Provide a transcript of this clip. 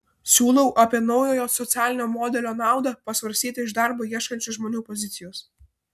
siūlau apie naujojo socialinio modelio naudą pasvarstyti iš darbo ieškančių žmonių pozicijos